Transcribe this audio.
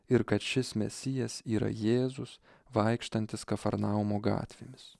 ir kad šis mesijas yra jėzus vaikštantis kafarnaumo gatvėmis